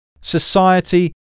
society